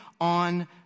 on